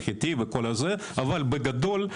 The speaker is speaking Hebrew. אבל בגדול,